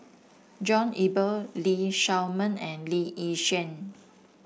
John Eber Lee Shao Meng and Lee Yi Shyan